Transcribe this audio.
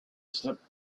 slipped